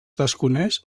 desconeix